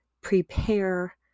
prepare